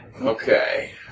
Okay